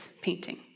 painting